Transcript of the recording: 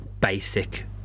Basic